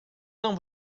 não